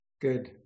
Good